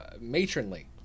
matronly